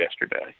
yesterday